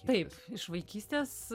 taip iš vaikystės